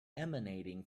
emanating